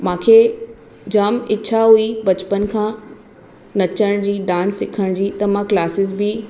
मूंखे जामु इच्छा हुई बचपन खां नचण जी डांस सिखण जी त मां क्लासेस बि